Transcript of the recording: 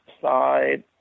side